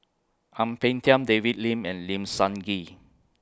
Ang Peng Tiam David Lim and Lim Sun Gee